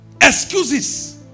excuses